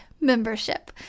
Membership